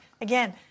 again